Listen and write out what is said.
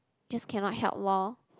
just cannot help loh